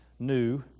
new